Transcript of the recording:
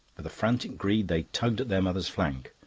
with a frantic greed they tugged at their mother's flank.